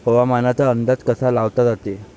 हवामानाचा अंदाज कसा लावला जाते?